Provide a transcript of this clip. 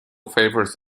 favors